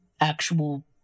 actual